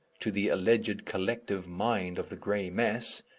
to the alleged collective mind of the grey mass,